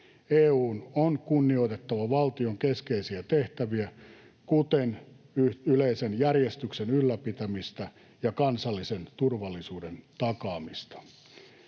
EU:n on kunnioitettava valtion keskeisiä tehtäviä, kuten yleisen järjestyksen ylläpitämistä ja kansallisen turvallisuuden takaamista.